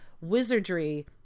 wizardry